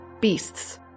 beasts